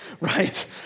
right